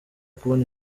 kubona